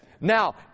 Now